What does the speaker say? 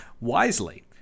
Wisely